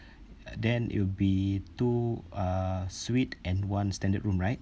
then it will be two uh suite and one standard room right